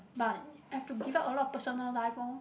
but I have to give up a lot of personal life orh